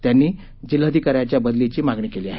त्यांनी जिल्हाधिकाऱ्याच्या बदलीची मागणी केली आहे